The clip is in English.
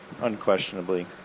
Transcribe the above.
unquestionably